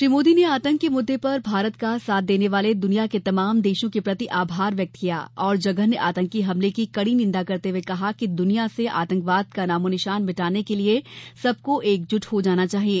श्री मोदी ने आतंक के मुद्दे पर भारत का साथ देने वाले दुनिया के तमाम देशों के प्रति आभार व्यक्त किया और जघन्य आतंकी हमले की कड़ी निंदा करते हुए कहा कि दुनिया से आतंकवाद का नामोनिशान मिटाने के लिए सबको एकजुट हो जाना चाहिए